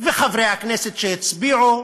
וחברי הכנסת שהצביעו,